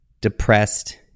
depressed